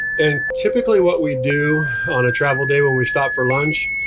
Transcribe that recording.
and typically what we do on a travel day when we stop for lunch,